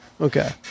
Okay